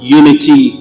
unity